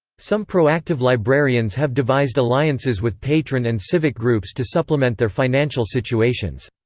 some proactive librarians have devised alliances with patron and civic groups to supplement their financial situations.